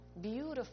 beautiful